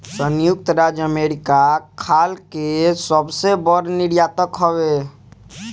संयुक्त राज्य अमेरिका खाल के सबसे बड़ निर्यातक हवे